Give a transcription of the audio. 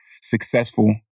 successful